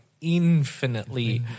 infinitely